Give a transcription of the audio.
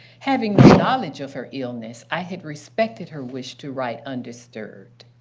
having knowledge of her illness, i had respected her wish to write undisturbed.